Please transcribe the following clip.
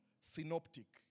synoptic